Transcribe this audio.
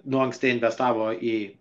nuo anksti investavo į